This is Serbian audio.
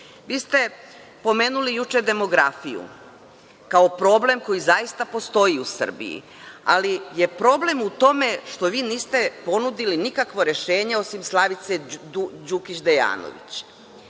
ste pomenuli juče demografiju kao problem koji zaista postoji u Srbiji, ali je problem u tome što vi niste ponudili nikakvo rešenje, osim Slavice Đukić Dejanović.